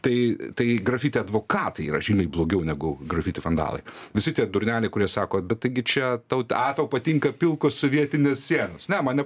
tai tai grafiti advokatai yra žymiai blogiau negu grafiti vandalai visi tie durneliai kurie sako bet taigi čia tau a tau patinka pilkos sovietinės sienos ne man ne